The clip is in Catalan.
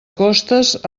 costes